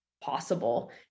Possible